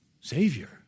Savior